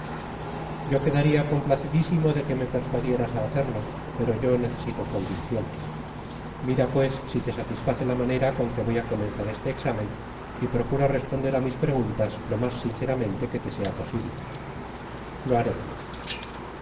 yo quedarla complacidísimo de que me persuadieras á hacerlo pero yo necesito convicciones mira pues si te satisface la manera con que voy á comenzar este examen y procura responder á mis preguntas lo mas sinceramente que te sea posible lo haré